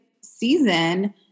season